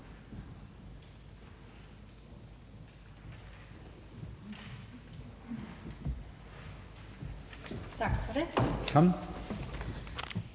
Tak for det.